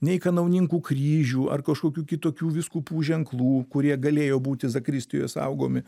nei kanauninkų kryžių ar kažkokių kitokių vyskupų ženklų kurie galėjo būti zakristijoje saugomi